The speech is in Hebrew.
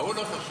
ההוא לא חשוב.